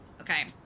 Okay